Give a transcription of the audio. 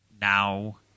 Now